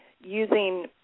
using